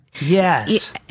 Yes